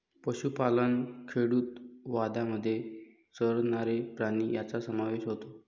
पशुपालन खेडूतवादामध्ये चरणारे प्राणी यांचा समावेश होतो